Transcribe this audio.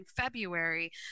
february